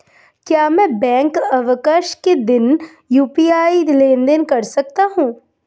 क्या मैं बैंक अवकाश के दिन यू.पी.आई लेनदेन कर सकता हूँ?